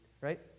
right